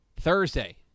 Thursday